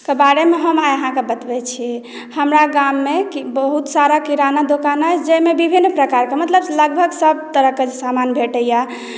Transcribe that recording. ओहिके बारेमे हम अहाँकेँ बतबै छी हमरा गाममे बहुत सारा किराना अछि जाहिमे विभिन्न प्रकारक मतलब लगभग सभ तरहके समान भेटैया